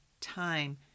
time